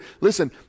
Listen